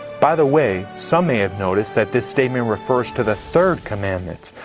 by the way, some may have noticed that this statement refers to the third commandment,